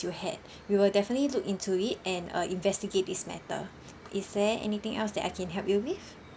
you had we will definitely look into it and uh investigate this matter is there anything else that I can help you with